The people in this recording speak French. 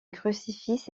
crucifix